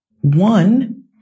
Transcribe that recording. One